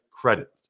credit